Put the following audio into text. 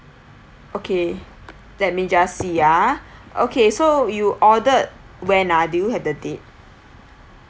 okay let me just see ah okay so you ordered when ah do you have the date